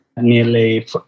nearly